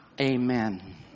Amen